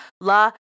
La